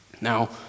Now